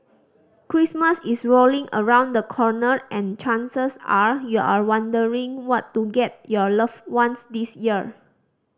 Christmas is rolling around the corner and chances are you're wondering what to get your loved ones this year